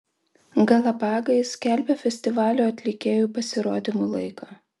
galapagai skelbia festivalio atlikėjų pasirodymų laiką